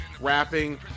Rapping